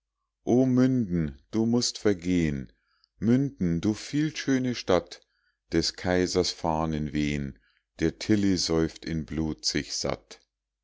münden du mußt vergehen münden du vielschöne stadt des kaisers fahnen wehen der tilly säuft in blut sich satt